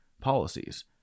policies